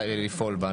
לפעול בה.